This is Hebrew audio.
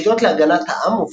היחידות להגנת העם,